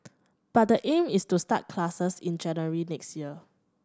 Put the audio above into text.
but the aim is to start classes in January next year